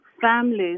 families